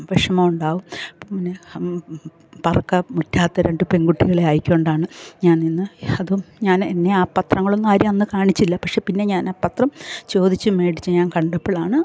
വിഷമം ഉണ്ടാകും പിന്നെ പറക്കം മുറ്റാത്ത രണ്ട് പെൺകുട്ടികളെ ആയിക്കൊണ്ടാണ് ഞാനന്ന് അതും ഞാന് എന്നെ ആ പത്രങ്ങളൊന്നും ആരും അന്ന് കാണിച്ചില്ല പക്ഷേ പിന്നെ ഞാൻ ആ പത്രം ചോദിച്ച് മേടിച്ച് ഞാൻ കണ്ടപ്പളാണ്